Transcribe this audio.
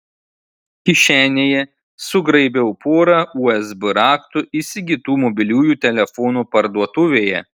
kišenėje sugraibiau porą usb raktų įsigytų mobiliųjų telefonų parduotuvėje